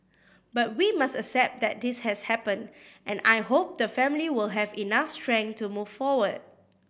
but we must accept that this has happened and I hope the family will have enough strength to move forward